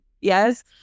Yes